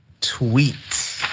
tweet